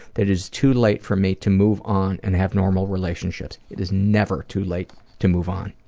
that it is too late for me to move on and have normal relationships. it is never too late to move on.